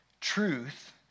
Truth